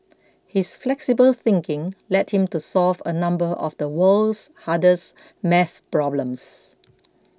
his flexible thinking led him to solve a number of the world's hardest math problems